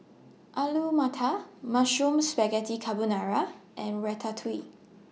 Alu Matar Mushroom Spaghetti Carbonara and Ratatouille